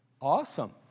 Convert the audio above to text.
awesome